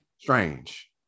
Strange